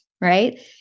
right